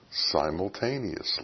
simultaneously